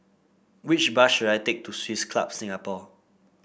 which bus should I take to Swiss Club Singapore